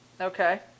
okay